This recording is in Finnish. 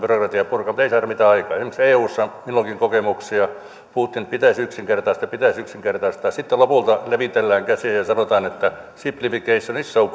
byrokratiaa purkaa mutta ei saada mitään aikaan esimerkiksi eussa minullakin on kokemuksia puhuttiin että pitäisi yksinkertaistaa pitäisi yksinkertaistaa sitten lopulta levitellään käsiä ja ja sanotaan että simplification is so